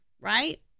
Right